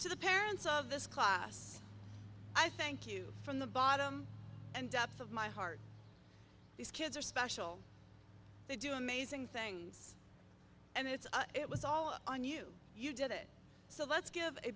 to the parents of this class i thank you from the bottom and depth of my heart these kids are special they do amazing things and it's it was all on you you did it so let's give a